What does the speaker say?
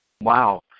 Wow